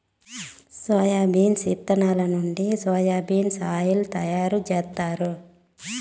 soybeans ఇత్తనాల నుంచి soya bean oil ను తయారు జేత్తారు